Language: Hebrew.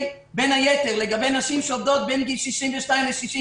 בין היתר לגבי נשים שעובדות בין גיל 62 ל-67.